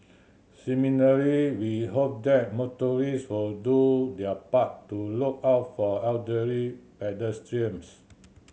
similarly we hope that motorists will do their part to look out for elderly pedestrians